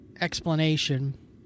explanation